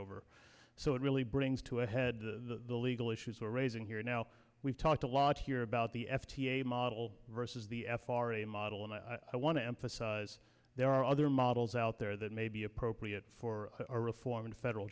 over so it really brings to a head to the legal issues are raising here now we've talked a lot here about the f d a model versus the f r a model and i want to emphasize there are other models out there that may be appropriate for a reform in federal